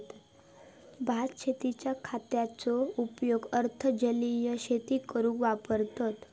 भात शेतींच्या खताचो उपयोग अर्ध जलीय शेती करूक वापरतत